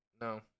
No